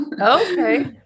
Okay